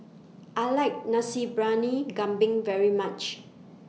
I like Nasi Briyani Kambing very much